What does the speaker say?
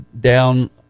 down